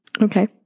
Okay